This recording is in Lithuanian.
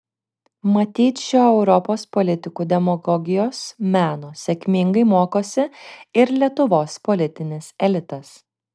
matyt šio europos politikų demagogijos meno sėkmingai mokosi ir lietuvos politinis elitas